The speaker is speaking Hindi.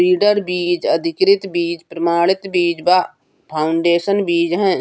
ब्रीडर बीज, अधिकृत बीज, प्रमाणित बीज व फाउंडेशन बीज है